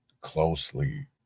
closely